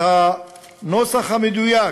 את הנוסח המדויק